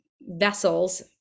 vessels